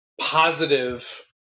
positive